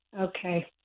Okay